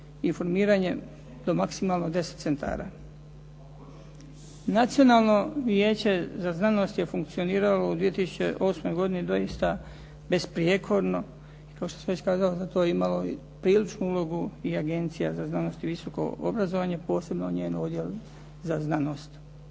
informiranjem do maksimalno 10 centara. Nacionalno vijeće za znanost je funkcioniralo u 2008. godini doista besprijekorno i kao što sam već kazao, to je imalo i priličnu ulogu i Agencija za znanost i visoko obrazovanje, posebno njen odjel za znanost.